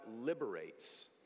liberates